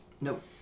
Nope